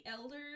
elders